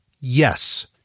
Yes